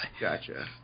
Gotcha